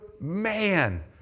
man